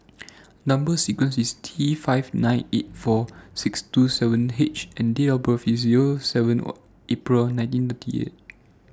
Number sequence IS T five nine eight four six two seven H and Date of birth IS Zero seven April nineteen thirty eight